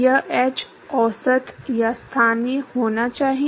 यह h औसत या स्थानीय होना चाहिए